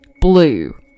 blue